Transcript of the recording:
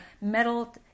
metal